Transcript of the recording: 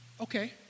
Okay